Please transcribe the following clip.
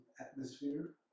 atmosphere